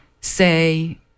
say